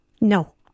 No